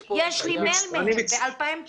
יש לי מייל מהם מ-2019.